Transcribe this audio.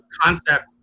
concept